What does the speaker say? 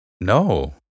No